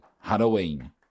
Halloween